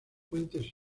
fuentes